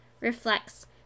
reflects